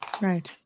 Right